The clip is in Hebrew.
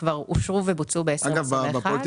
אלה פרויקטים שכבר אושרו ובוצעו ב-2021.